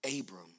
Abram